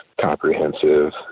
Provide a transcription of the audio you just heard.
comprehensive